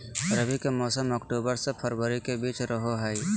रबी के मौसम अक्टूबर से फरवरी के बीच रहो हइ